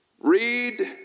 Read